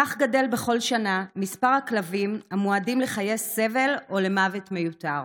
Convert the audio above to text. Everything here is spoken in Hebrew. כך גדל בכל שנה מספר הכלבים המועדים לחיי סבל או למוות מיותר.